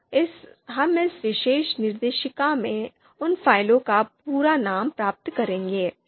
तो हम इस विशेष निर्देशिका में उन फ़ाइलों का पूरा नाम प्राप्त करेंगे